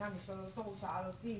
זו התוצאה של החוק שאתם מקדמים.